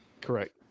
Correct